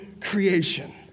creation